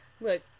look